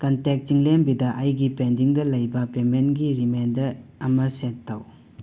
contact ꯆꯤꯡꯂꯦꯝꯕꯤꯗ ꯑꯩꯒꯤ ꯄꯦꯟꯗꯤꯡꯗ ꯂꯩꯕ ꯄꯦꯃꯦꯟꯒꯤ ꯔꯤꯃꯦꯟꯗꯔ ꯑꯃ ꯁꯦꯠ ꯇꯧ